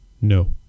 No